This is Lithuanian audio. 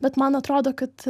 bet man atrodo kad